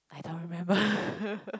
I don't remember